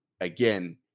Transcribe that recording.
again